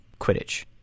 Quidditch